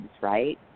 right